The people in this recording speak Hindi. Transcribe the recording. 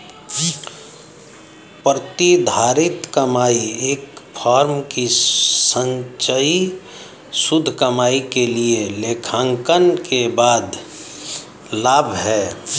प्रतिधारित कमाई एक फर्म की संचयी शुद्ध कमाई के लिए लेखांकन के बाद लाभ है